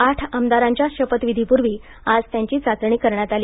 आठ आमदाराच्या शपथविधीपूर्वी आज त्यांची चाचणी करण्यात आली